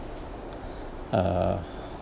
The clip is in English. uh